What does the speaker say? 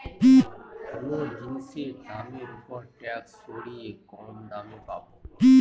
কোনো জিনিসের দামের ওপর ট্যাক্স সরিয়ে কম দামে পাবো